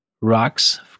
rocks